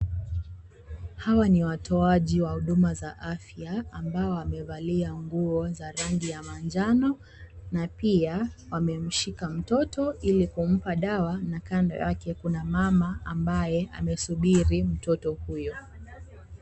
Hawa ni watoaji wa huduma za afya ambao wamevalia nguo za rangi ya manjano, na pia wamemshika mtoto ili kumpa dawa na kando yake kuna mama ambaye amesubiri mtoto huyo.